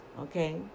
okay